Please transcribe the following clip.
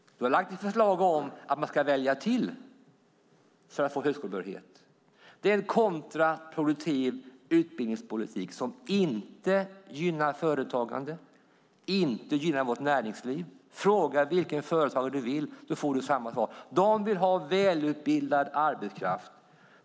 Du har lagt fram ett förslag om att man ska välja till för att få högskolebehörighet. Det är en kontraproduktiv utbildningspolitik som inte gynnar företagande och vårt näringsliv. Fråga vilken företagare du vill och du får samma svar. De vill ha välutbildad arbetskraft.